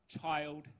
child